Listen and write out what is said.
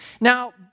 Now